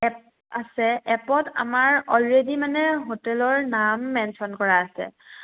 app আছে এপত আমাৰ অলৰেডি মানে হোটেলৰ নাম মেন্যন কৰা আছে